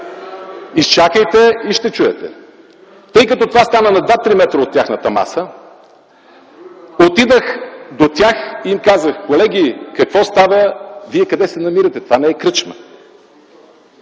Изчакайте, ще чуете! Тъй като това стана на два-три метра от тяхната маса, отидох до тях и им казах: „Колеги, какво става? Вие къде се намирате? Това не е кръчма!”.